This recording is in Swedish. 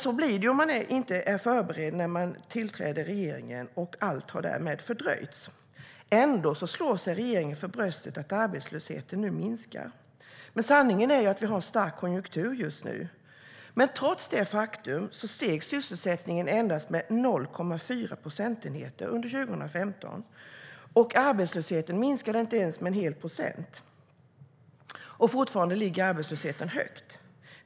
Så blir det om man inte är förberedd när regeringen tillträder, och allt har därmed fördröjts. Ändå slår sig regeringen för bröstet för att arbetslösheten nu minskar. Sanningen är att vi just nu har en stark konjunktur. Trots detta faktum steg sysselsättningen endast med 0,4 procentenheter under 2015. Arbetslösheten minskade inte ens med en hel procent, och fortfarande ligger arbetslösheten högt.